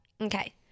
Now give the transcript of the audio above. Okay